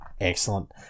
Excellent